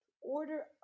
order